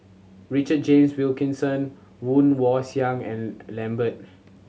Richard James Wilkinson Woon Wah Siang and Lambert